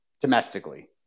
domestically